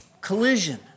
Collision